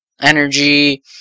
energy